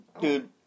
Dude